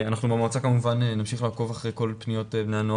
אנחנו במועצה כמובן נמשיך לעקוב אחרי כל פניות בני הנוער